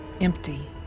empty